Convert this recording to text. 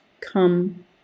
come